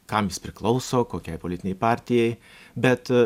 kam jis priklauso kokiai politinei partijai bet